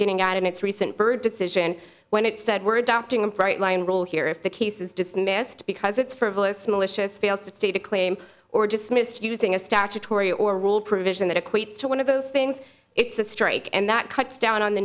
getting out of its recent bird decision when it said we're adopting a bright line rule here if the case is dismissed because it's frivolous malicious fails to state a claim or dismiss using a statutory or rule provision that equates to one of those things it's a strike and that cuts down on the